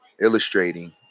illustrating